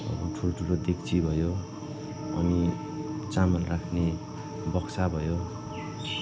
ठुल्ठुलो डेक्ची भयो अनि चामल राख्ने बक्सा भयो